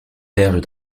perles